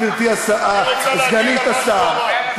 גברתי סגנית השר.